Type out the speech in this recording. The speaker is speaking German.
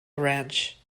ranch